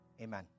Amen